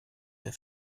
der